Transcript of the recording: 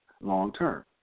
long-term